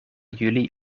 jullie